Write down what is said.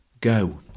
go